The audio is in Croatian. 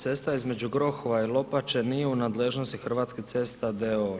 Cesta između Grohova i Lopače nije u nadležnosti Hrvatskih cesta d.o.o.